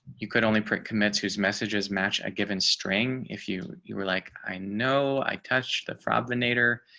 you could only print commits who's messages match a given string if you you were like, i know i touched the problem later.